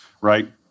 Right